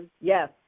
Yes